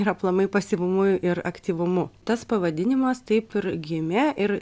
ir aplamai pasyvumu ir aktyvumu tas pavadinimas taip ir gimė ir